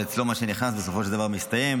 אצלו מה שנכנס בסופו של דבר מסתיים.